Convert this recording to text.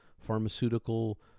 pharmaceutical